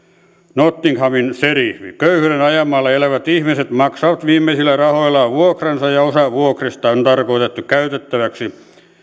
nottinghamin seriffi köyhyyden rajamailla elävät ihmiset maksavat viimeisillä rahoillaan vuokransa ja osa vuokrista on tarkoitettu käytettäväksi